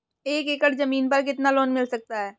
एक एकड़ जमीन पर कितना लोन मिल सकता है?